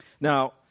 Now